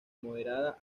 moderada